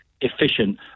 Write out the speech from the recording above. efficient